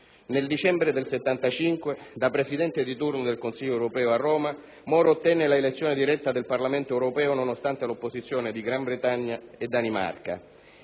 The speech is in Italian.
Nel dicembre 1975, da presidente di turno del Consiglio europeo a Roma, Moro ottenne l'elezione diretta del Parlamento europeo, nonostante l'opposizione di Gran Bretagna e Danimarca.